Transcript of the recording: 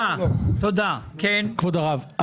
כבוד הרב,